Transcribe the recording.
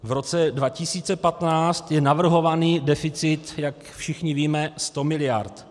V roce 2015 je navrhovaný deficit, jak všichni víme, 100 mld.